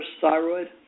thyroid